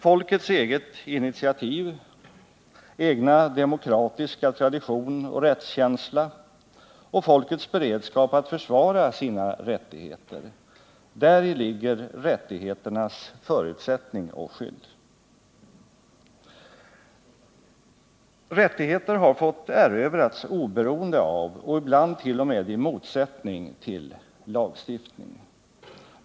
Folkets eget initiativ, dess egna demokratiska tradition och rättskänsla liksom dess beredskap att försvara sina rättigheter — däri ligger rättigheternas förutsättning och skydd. Rättigheterna har fått erövras oberoende av och ibland t.o.m. i motsättning till lagstiftning.